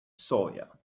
sawyer